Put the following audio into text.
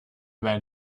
men